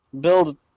Build